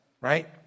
right